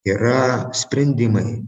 yra sprendimai